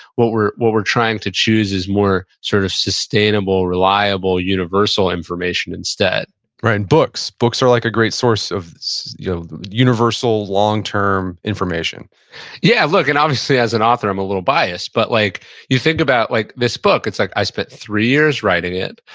what we're what we're trying to choose is more sort of sustainable, reliable, universal information instead ryan, books, books are like a great source of you know universal long-term information yeah, look, and obviously, as an author, i'm a little biased, but, like you think about like this book, it's like i spent three years writing it.